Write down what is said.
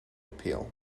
appeal